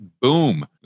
boom